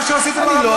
זה מה שעשיתם לרב מוזס.